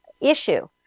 issue